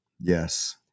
Yes